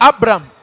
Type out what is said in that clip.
Abraham